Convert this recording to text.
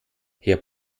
herr